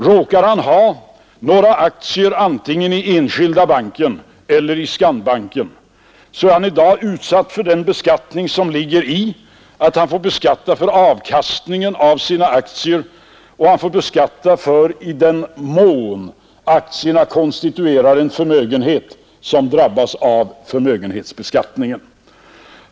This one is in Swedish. Råkar han ha några aktier antingen i Enskilda banken eller i Skandinaviska banken är han i dag utsatt för den beskattning som ligger i att han får skatta för avkastningen av sina aktier och han får skatta i den mån aktierna konstituerar en förmögenhet som drabbas av förmögenhetsbeskattningen.